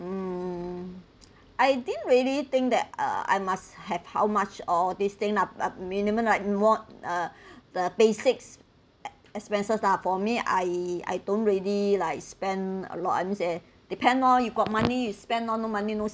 mm I didn't really think that uh I must have how much all this thing at at minimum like more uh the basics expenses lah for me I I don't really like spend a lot I means eh depend loh you got money you spend loh no money no